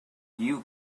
you